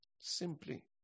Simply